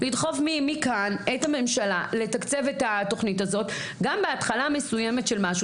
לדחוף מכאן את הממשלה לתקצב את התוכנית הזאת גם בהתחלה מסוימת של משהו.